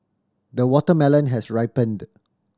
the watermelon has ripened